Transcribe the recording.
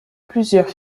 plusieurs